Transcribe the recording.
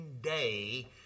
Day